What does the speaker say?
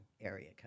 area